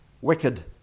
wicked